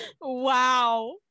Wow